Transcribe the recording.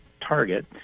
target